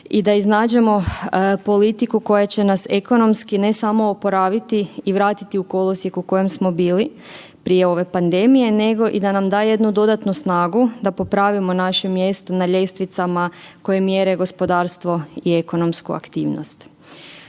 i da iznađemo politiku koja će nas ekonomski ne samo oporaviti i vratiti u kolosijek u kojem smo bili prije ove pandemije nego i da nam da jednu dodatnu snagu da popravimo naše mjesto na ljestvicama koje mjere gospodarstvo i ekonomsku aktivnost.